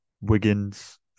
Wiggins